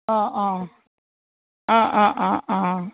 অঁ অঁ অঁ অঁ অঁ অঁ